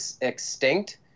extinct